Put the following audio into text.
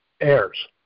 heirs